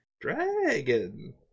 Dragon